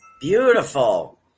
Beautiful